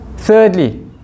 thirdly